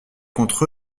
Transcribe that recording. contre